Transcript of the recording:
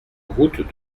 route